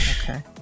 okay